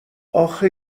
آخه